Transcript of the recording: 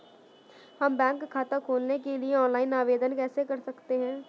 हम बैंक खाता खोलने के लिए ऑनलाइन आवेदन कैसे कर सकते हैं?